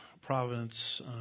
providence